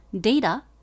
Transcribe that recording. data